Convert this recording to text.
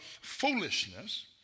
foolishness